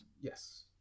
yes